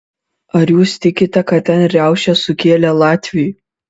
ar jūs tikite kad ten riaušes sukėlė latviai